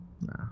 Nah